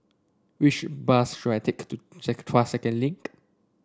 which bus should I take to Tuas Second Link